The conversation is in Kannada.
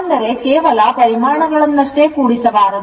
ಅಂದರೆ ಕೇವಲ ಪರಿಮಾಣಗಳನ್ನಷ್ಟೇ ಕೂಡಿಸಬಾರದು